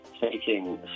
taking